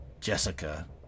Jessica